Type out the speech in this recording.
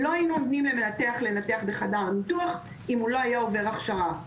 לא היינו נותנים למנתח לנתח בחדר ניתוח אם הוא לא היה עובר הכשרה,